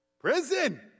prison